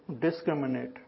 discriminate